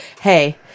Hey